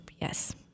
Yes